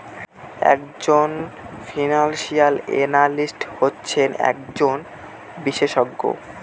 এক জন financial analyst হচ্ছেন একজন বিশেষজ্ঞ